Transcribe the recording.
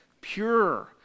pure